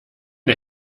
der